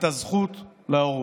את הזכות להורות.